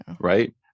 right